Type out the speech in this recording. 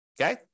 okay